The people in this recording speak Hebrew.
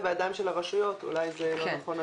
זה בידיים של הרשויות אולי זה לא נכון.